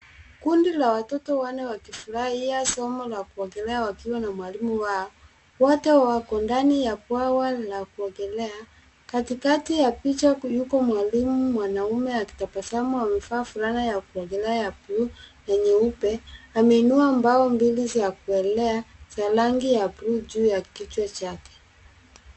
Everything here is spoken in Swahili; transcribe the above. Kundi la watoto wanne, wakifurahia somo la kuogelea wakiwa na mwalimu wao. Wote wako ndani ya bwawa la kuogelea. Katikati ya picha, yuko mwalimu mwanaume akitabasamu, amevaa fulana ya kuogelea ya buluu na nyeupe. Ameinua mbao mbili za kuelea za rangi ya buluu juu ya kichwa chake.